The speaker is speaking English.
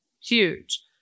huge